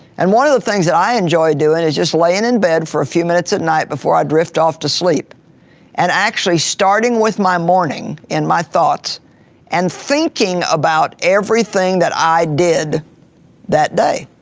and one of the things that i enjoy doing is just laying in bed for a few minutes at night before i drift off to sleep and actually starting with my morning in my thoughts and thinking about everything that i did that day,